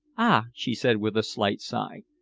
ah! she said with a slight sigh,